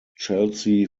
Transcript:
chelsea